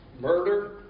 murder